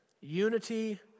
Unity